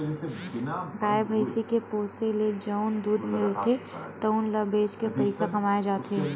गाय, भइसी के पोसे ले जउन दूद मिलथे तउन ल बेच के पइसा कमाए जाथे